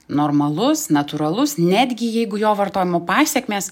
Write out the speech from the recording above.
normalus natūralus netgi jeigu jo vartojimo pasekmės